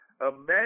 Imagine